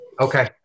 Okay